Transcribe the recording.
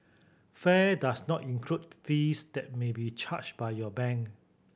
fare does not include fees that may be charged by your bank